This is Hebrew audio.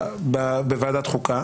בוועדת חוקה.